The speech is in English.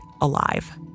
alive